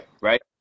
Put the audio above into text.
right